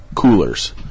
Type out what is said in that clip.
Coolers